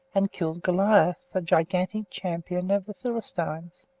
and killed goliath, the gigantic champion of the philistines.